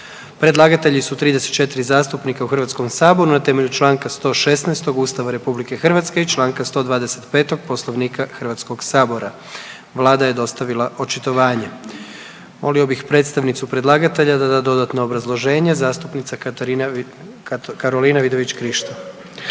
Predlagatelji su 34 zastupnika u Hrvatskom saboru, na temelju članka 116. Ustava Republike Hrvatske i članka 125. Poslovnika Hrvatskog sabora. Vlada je dostavila očitovanje. Molio bih predstavnicu predlagatelja da da dodatno obrazloženje, zastupnika Karolina Vidović-Krišto.